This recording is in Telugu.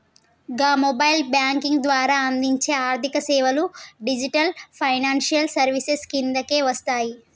గా మొబైల్ బ్యేంకింగ్ ద్వారా అందించే ఆర్థికసేవలు డిజిటల్ ఫైనాన్షియల్ సర్వీసెస్ కిందకే వస్తయి